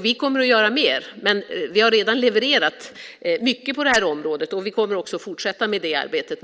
Vi kommer att göra mer, men vi har redan levererat mycket på det här området. Vi kommer att fortsätta det arbetet.